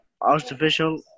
artificial